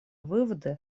выводы